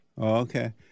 Okay